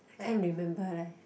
I can't remember leh